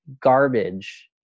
garbage